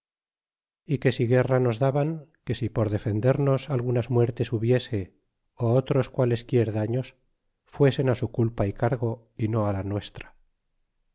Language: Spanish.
y que si guerra nos daban que si por defendernos algunas muertes hubiese ó otros qualesquier daños fuesen su culpa y cargo y no la nuestra